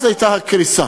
אז הייתה הקריסה.